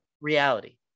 reality